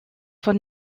von